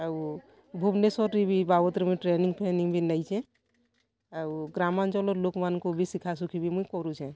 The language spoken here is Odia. ଆଉ ଭୁବେନେଶ୍ୱର୍ରେ ବି ଏଇ ବାବଦ୍ ରେ ମୁଇଁ ଟ୍ରେନିଂ ଫ୍ରେନିଂ ବି ନେଇଛେ ଆଉ ଗ୍ରାମାଞ୍ଚଲର ଲୋକ୍ ମାନଙ୍କୁ ବି ଶିଖା ଶିଖି ବି ମୁଇଁ କରୁଛେ